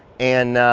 and,